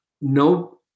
no